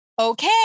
okay